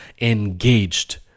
engaged